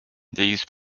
these